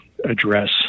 address